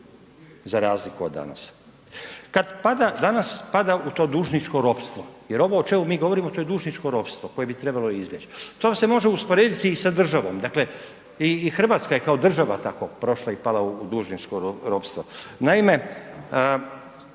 za razliku od danas. Danas pada u to dužničko ropstvo jer ovo o čemu mi govorimo to je dužničko ropstvo koje bi trebalo izbjeći. To se može usporediti i sa državo, dakle i Hrvatska je i kao država tako prošla i pala u dužničko ropstvo.